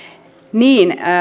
niin